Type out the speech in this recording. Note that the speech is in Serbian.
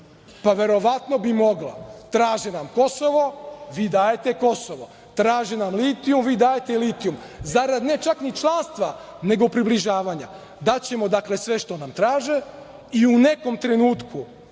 Pa, verovatno bi mogla. Traže nam Kosovo, vi dajete Kosovo. Traže nam litijum, vi dajete i litijum zarad ne čak ni članstva, nego približavanja. Dakle, daće nam sve što nam traže i u nekom trenutku